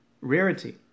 rarity